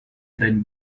than